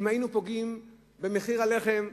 אם היינו פוגעים במחיר הלחם,